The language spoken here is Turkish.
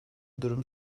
durum